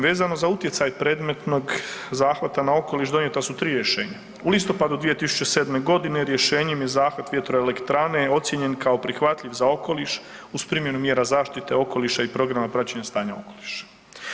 Vezano za utjecaj predmetnog zahvata na okoliš donijeta su tri rješenja u listopadu 2007. godine rješenjem je zahvat VE ocijenjen kao prihvatljiv za okoliš uz primjenu mjera zaštite okoliša i programa praćenja stanja u okolišu.